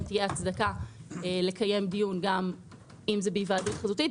תהיה הצדקה לקיים דיון אם זה בהיוועדות חזותית,